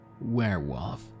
Werewolf